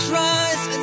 rise